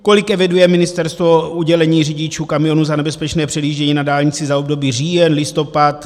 Kolik eviduje ministerstvo udělení řidičům kamionů za nebezpečné předjíždění na dálnici za období říjen, listopad.